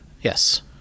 Yes